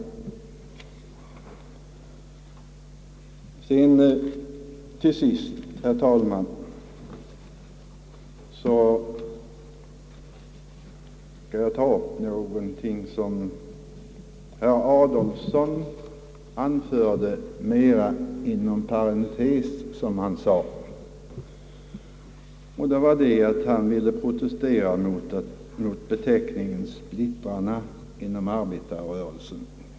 Till sist, herr talman, skall jag ta upp någonting som herr Adolfsson anförde inom parentes, som han sade. Han ville protestera mot beteckningen »splittrarna» inom arbetarrörelsen.